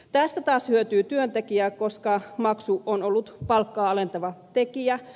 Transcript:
tästä taas hyötyy työntekijä koska maksu on ollut palkkaa alentava tekijä